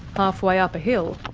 halfway up a hill,